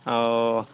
ᱚᱻ